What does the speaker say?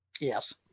Yes